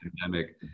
pandemic